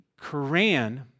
Quran